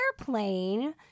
airplane